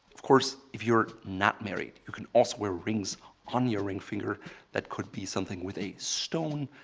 of course, if you're not married, you can also wear rings on your ring finger that could be something with a stone,